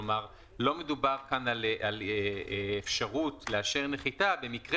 כלומר לא מדובר פה על אפשרות לאשר נחיתה במקרה